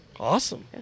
awesome